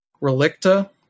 Relicta